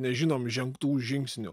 nežinom žengtų žingsnių